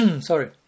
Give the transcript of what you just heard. Sorry